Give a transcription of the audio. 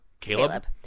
Caleb